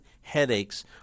headaches